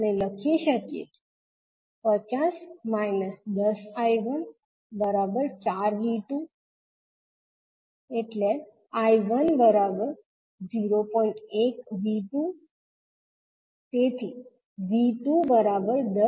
આપણે લખી શકીએ કે 50 10I14V2 I10